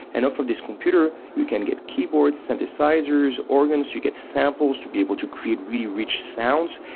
and for this computer you can get keyboards, synthesizers, organs you get samples to be able to create really rich sounds,